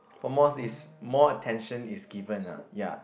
almost is more attention is given ah ya